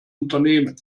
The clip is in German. unternehmen